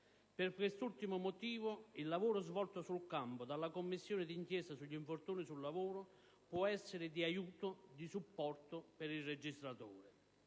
Per quest'ultimo motivo il lavoro svolto sul campo dalla Commissione di inchiesta sugli infortuni sul lavoro può essere di aiuto e di supporto per il legislatore.